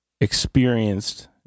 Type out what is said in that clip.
experienced